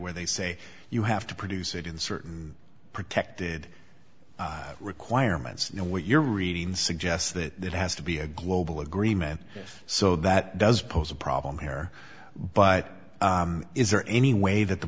where they say you have to produce it in certain protected requirements and what you're reading suggests that that has to be a global agreement so that does pose a problem here but is there any way that the